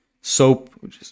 soap